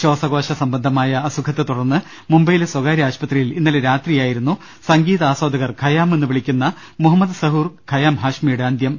ശ്വാസകോശ സംബന്ധമായ അസുഖത്തെ തുടർന്ന് മുംബൈയിലെ സ്ഥകാര്യ ആശു പത്രിയിൽ ഇന്നലെ രാത്രിയായിരുന്നു സംഗീതാസ്വാദകർ ഖയാം എന്നുവിളിക്കുന്ന മുഹമ്മദ് സഹൂർ ഖയാം ഹാശ്മിയുടെ അന്ത്യം